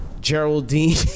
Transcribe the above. Geraldine